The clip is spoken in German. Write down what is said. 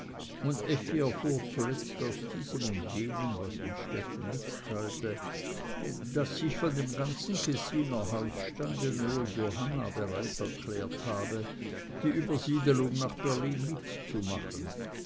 zuletzt aus diesem und jenem was innstetten mitteilte daß sich von dem ganzen kessiner hausstand nur johanna bereit erklärt habe die übersiedlung nach berlin mitzumachen